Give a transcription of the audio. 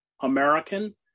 American